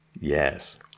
yes